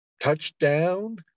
Touchdown